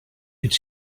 could